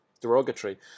derogatory